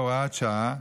בהוראת שעה,